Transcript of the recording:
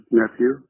nephew